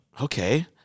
Okay